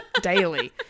daily